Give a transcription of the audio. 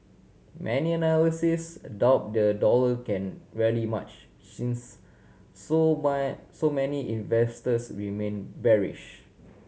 many analysts a doubt the dollar can rally much since so so many investors remain bearish